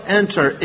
enter